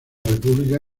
república